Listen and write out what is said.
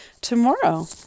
tomorrow